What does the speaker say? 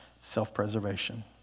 self-preservation